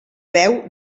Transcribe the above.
veu